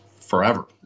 forever